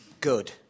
Good